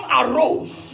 arose